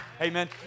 Amen